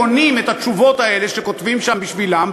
קונים את התשובות האלה שכותבים שם בשבילם,